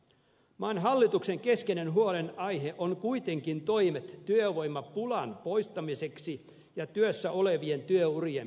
maan hallituksen keskeinen huolenaihe on kuitenkin toimet työvoimapulan poistamiseksi ja työssä olevien työurien pidentämiseksi